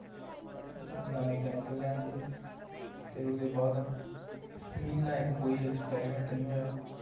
नमें केमिकल लैआंदे फिर ओह्दे बाद म्हीना इक कोई एक्सपेरिमेंट निं होया